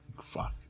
Fuck